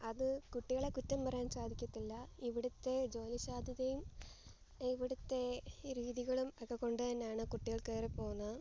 അതു കുട്ടികളെ കുറ്റം പറയാൻ സാധിക്കത്തില്ല ഇവിടുത്തെ ജോലിസാദ്ധ്യതയും ഇവിടുത്തെ ഈ രീതികളും ഒക്കെ കൊണ്ടുതന്നെയാണ് കുട്ടികൾ കയറിപ്പോകുന്നത്